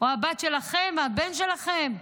או הבת שלכם, הבן שלכם.